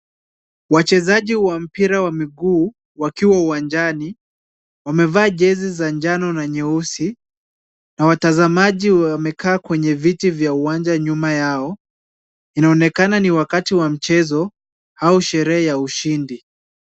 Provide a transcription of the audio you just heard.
Wachezaji wa mpira wa miguu wakiwa uwanjani, wamevaa jezi za njano na nyeusi na watazamaji wamekaa kwenye viti vya uwanja nyuma yao. Inaonekana ni wakati wa mchezo au sherehe ya ushindi.